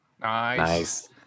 Nice